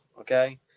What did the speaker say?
okay